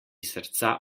srca